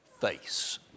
face